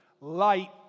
light